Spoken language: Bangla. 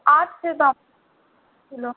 আর্টসে তো ছিলো